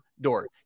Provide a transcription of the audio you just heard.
door